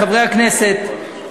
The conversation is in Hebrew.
חברי הכנסת,